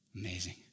Amazing